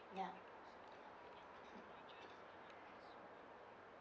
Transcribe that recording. ya